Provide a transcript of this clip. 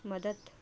मदत